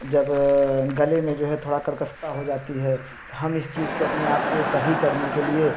जब गले में जो है थोड़ा कर्कशता हो जाती है त हम इस चीज़ को अपने आपको सही करने के लिए